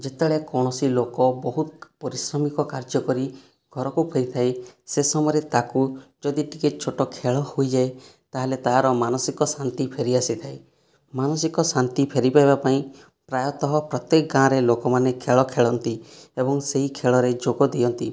ଯେତେବେଳେ କୌଣସି ଲୋକ ବହୁତ ପରିଶ୍ରମିକ କାର୍ଯ୍ୟକରି ଘରକୁ ଫେରିଥାଏ ସେ ସମୟରେ ତାକୁ ଯଦି ଟିକେ ଛୋଟ ଖେଳ ହୋଇଯାଏ ତାହେଲେ ତା ର ମାନସିକ ଶାନ୍ତି ଫେରି ଆସିଥାଏ ମାନସିକ ଶାନ୍ତି ଫେରି ପାଇବା ପାଇଁ ପ୍ରାୟତଃ ପ୍ରତ୍ୟକ ଗାଁ ରେ ଲୋକମାନେ ଖେଳ ଖେଳନ୍ତି ଏବଂ ସେହି ଖେଳରେ ଯୋଗ ଦିଅନ୍ତି